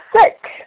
sick